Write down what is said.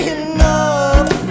enough